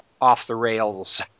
off-the-rails